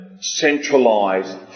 centralised